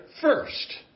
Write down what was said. first